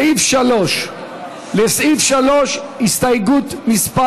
סעיף 3. לסעיף 3, הסתייגות מס'